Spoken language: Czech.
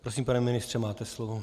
Prosím, pane ministře, máte slovo.